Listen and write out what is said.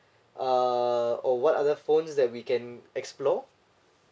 uh or what are the phones that we can explore